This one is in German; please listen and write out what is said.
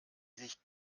sich